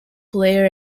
player